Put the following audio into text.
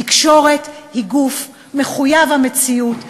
תקשורת היא גוף מחויב המציאות,